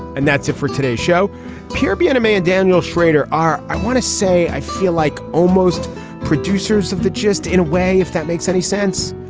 and that's it for today's show pure being a man. daniel schrader. ah. i want to say i feel like almost producers of the gist in a way if that makes any sense.